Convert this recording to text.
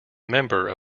member